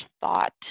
thought